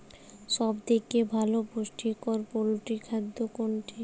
সব থেকে ভালো পুষ্টিকর পোল্ট্রী খাদ্য কোনটি?